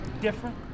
Different